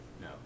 No